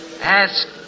Ask